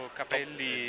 capelli